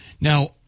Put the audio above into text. Now